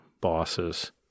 bosses